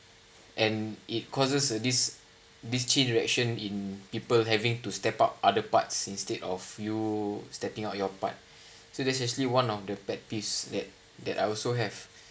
and it causes this chain reaction in people having to step up other parts instead of you stepping out your part so that's actually one of the pet peeves that that I also have